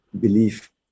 belief